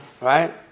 Right